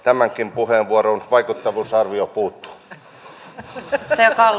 tämänkin puheenvuoron vaikuttavuusarvio puuttuu